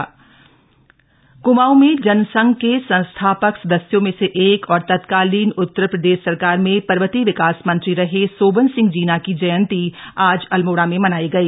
सोबन सिंह जीना जयंती कुमाऊं में जनसंघ के संस्थापक सदस्यों में से एक और तत्कालीन उतर प्रदेश सरकार में पर्वतीय विकास मंत्री रहे सोबन सिंह जीना की जयंती आज अल्मोड़ा में मनाई गई